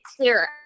clear